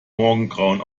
morgengrauen